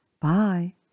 Bye